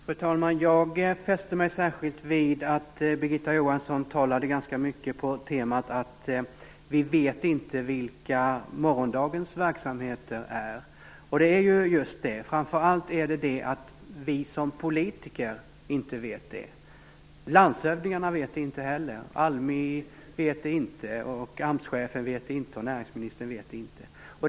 Fru talman! Jag fäste mig särskilt vid att Birgitta Johansson talade ganska mycket på temat att vi inte vet vilka morgondagens verksamheter är. Det är ju just det. Framför allt är det det att vi som politiker inte vet det. Landshövdingarna vet det inte heller, ALMI vet det inte, AMS-chefen vet det inte och näringsministern vet det inte.